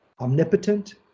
omnipotent